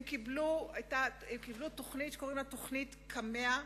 הם קיבלו תוכנית שקוראים לה תוכנית קמ"ע.